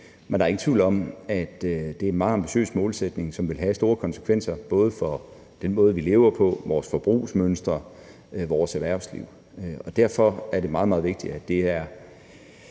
Men der er ingen tvivl om, at det er en meget ambitiøs målsætning, som vil have store konsekvenser både for den måde, vi lever på, vores forbrugsmønstre og for vores erhvervsliv. Og derfor er det meget, meget vigtigt, at det er